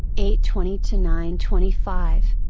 eight twenty to nine twenty five.